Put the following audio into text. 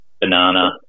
banana